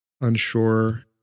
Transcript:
unsure